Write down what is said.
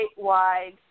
statewide